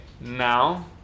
now